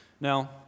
Now